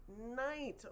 night